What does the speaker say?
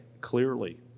clearly